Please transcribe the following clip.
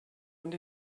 und